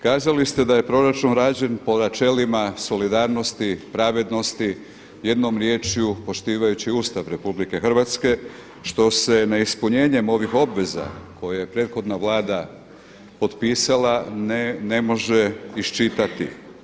Kazali ste da je proračun rađen po načelima solidarnosti, pravednosti, jednom riječju poštivajući Ustav Republike Hrvatske što se neispunjenjem ovih obveza koje je prethodna Vlada potpisala ne može iščitati.